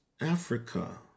Africa